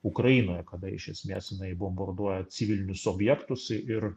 ukrainoje kada iš esmės jinai bombarduoja civilinius objektus ir